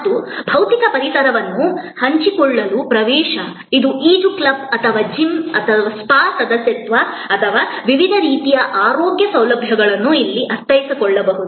ಮತ್ತು ಭೌತಿಕ ಪರಿಸರವನ್ನು ಹಂಚಿಕೊಳ್ಳಲು ಪ್ರವೇಶ ಇದು ಈಜು ಕ್ಲಬ್ ಅಥವಾ ಜಿಮ್ ಅಥವಾ ಸ್ಪಾ ಸದಸ್ಯತ್ವ ಅಥವಾ ವಿವಿಧ ರೀತಿಯ ಆರೋಗ್ಯ ಸೌಲಭ್ಯಗಳನ್ನು ಇದರಲ್ಲಿ ಅರ್ಥೈಸಿಕೊಳ್ಳಬಹುದು